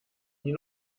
die